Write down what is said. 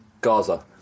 Gaza